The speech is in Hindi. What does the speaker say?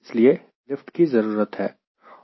इसलिए लिफ्ट की जरूरत है